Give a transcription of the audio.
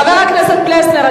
חבר הכנסת פלסנר.